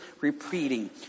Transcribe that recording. repeating